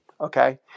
okay